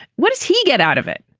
what does he get out of it?